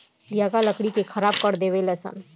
दियाका लकड़ी के खराब कर देवे ले सन